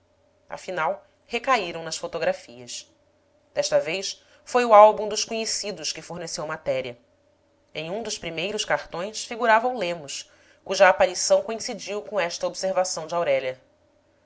afinal recaíram nas fotografias desta vez foi o álbum dos conhecidos que forneceu matéria em um dos primeiros cartões figurava o lemos cuja aparição coincidiu com esta observação de aurélia